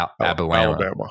Alabama